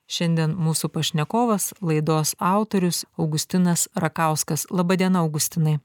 šiandien mūsų pašnekovas laidos autorius augustinas rakauskas laba diena augustinai